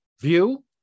view